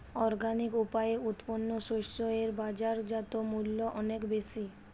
organic উপায়ে উৎপন্ন শস্য এর বাজারজাত মূল্য অনেক বেশি